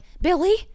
Billy